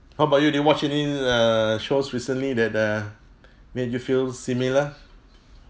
what about you did you watch any err shows recently that uh made you feel similar